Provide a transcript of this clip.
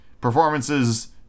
performances